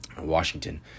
Washington